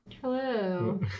Hello